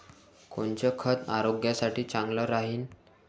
कोनचं खत आरोग्यासाठी चांगलं राहीन?